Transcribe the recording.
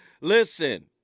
Listen